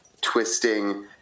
twisting